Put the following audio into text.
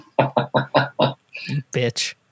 Bitch